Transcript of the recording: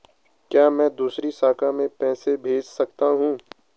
क्या मैं दूसरी शाखा में पैसे भेज सकता हूँ?